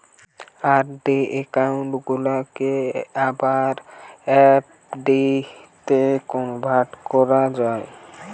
RD account গুলাকে আবার এফ.ডিতে কনভার্ট করা যায়